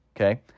Okay